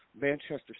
Manchester